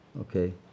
Okay